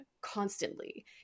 constantly